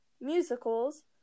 musicals